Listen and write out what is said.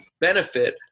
benefit